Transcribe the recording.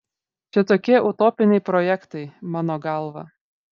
čia tokie utopiniai projektai mano galva